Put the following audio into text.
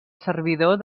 servidor